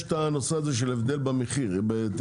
יש את הנושא הזה של הבדל במחיר הדירות